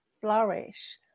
flourish